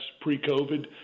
pre-COVID